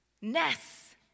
Ness